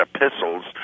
epistles